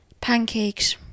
Pancakes